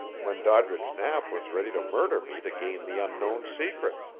when doddridge knapp was ready to murder me to gain the unknown's secret.